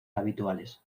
habituales